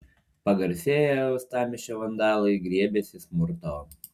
pagarsėję uostamiesčio vandalai griebėsi smurto